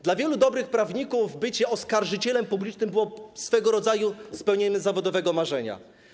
Dla wielu dobrych prawników zostanie oskarżycielem publicznym było swego rodzaju spełnieniem zawodowego marzenia.